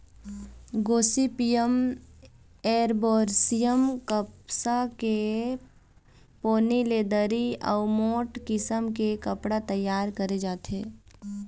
Gossypium arboreum कपसा के पोनी ले दरी अउ मोठ किसम के कपड़ा तइयार करे जाथे